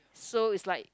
so is like